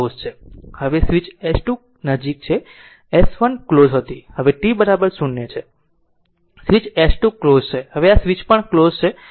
હવે switch s switch s 2 નજીક છે s 1 ક્લોઝ હતો હવે t બરાબર 0 છે સ્વીચ s 2 ક્લોઝ છે હવે આ સ્વીચ પણ ક્લોઝ છે